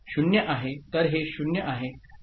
तर हे 0 आहे तर हे 0 आहे